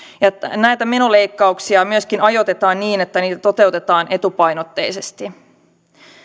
näitä menoleikkauksia myöskin ajoitetaan niin että niitä toteutetaan etupainotteisesti